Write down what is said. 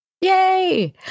Yay